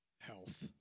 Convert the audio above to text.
health